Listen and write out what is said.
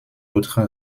autre